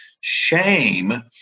shame